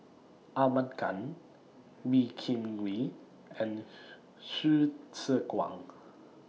Ahmad Khan Wee Kim Wee and Hsu Tse Kwang